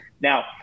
Now